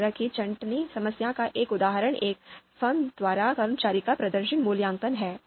इस तरह की छंटनी समस्या का एक उदाहरण एक फर्म द्वारा कर्मचारियों का प्रदर्शन मूल्यांकन है